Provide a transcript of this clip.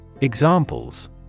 Examples